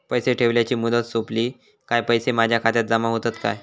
पैसे ठेवल्याची मुदत सोपली काय पैसे माझ्या खात्यात जमा होतात काय?